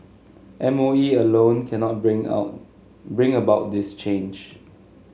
M O E alone cannot bring out bring about this change